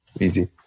Easy